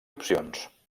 opcions